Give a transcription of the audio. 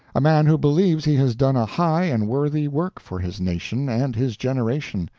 a man who believes he has done a high and worthy work for his nation and his generation,